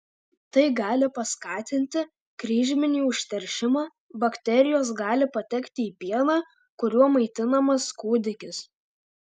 tai gali paskatinti kryžminį užteršimą bakterijos gali patekti į pieną kuriuo maitinamas kūdikis